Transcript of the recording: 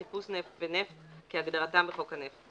"חיפוש נפט" ו"נפט" כהגדרתם בחוק הנפט,